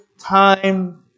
time